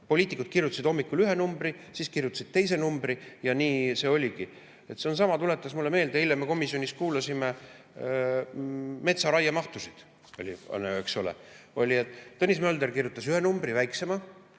Poliitikud kirjutasid hommikul ühe numbri, siis kirjutasid teise numbri, ja nii see oligi. See tuletas mulle meelde, et eile me komisjonis kuulasime metsaraie mahtusid, eks ole. Tõnis Mölder kirjutas ühe väiksema